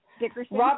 Dickerson